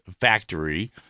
factory